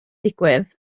digwydd